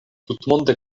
tutmonde